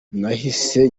nahise